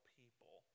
people